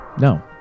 No